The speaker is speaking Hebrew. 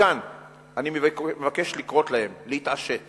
מכאן אני מבקש לקרוא להם להתעשת